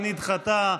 היא נדחתה.